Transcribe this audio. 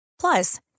Plus